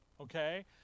Okay